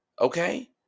okay